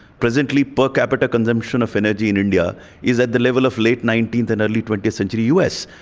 presently per capita consumption of energy in india is at the level of late nineteenth and early twentieth century us.